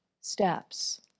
steps